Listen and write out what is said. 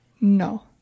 No